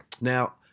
Now